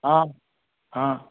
आं हां